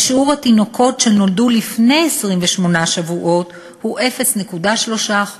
שיעור התינוקות שנולדו לפני השבוע ה-28 הוא 0.3%,